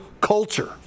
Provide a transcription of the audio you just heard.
culture